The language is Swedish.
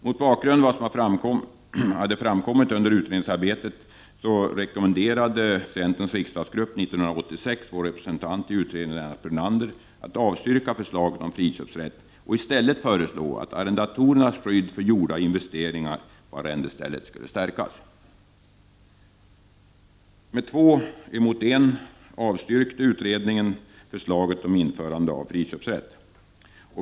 Mot bakgrund av vad som framkommit under utredningsarbetet rekommenderade centerns riksdagsgrupp 1986 vår representant i utredningen Lennart Brunander att avstyrka förslaget om friköpsrätt och i stället föreslå att arrendatorernas skydd för gjorda investeringar på arrendestället skulle stärkas. Med två röster mot en avstyrkte utredningen förslaget om införande av friköpsrätt.'